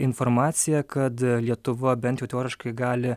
informaciją kad lietuva bent jau teoriškai gali